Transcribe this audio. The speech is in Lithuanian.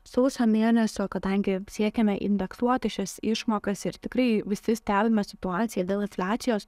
sausio mėnesio kadangi siekiame indeksuoti šias išmokas ir tikrai visi stebime situaciją dėl infliacijos